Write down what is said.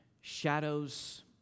shadows